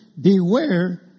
Beware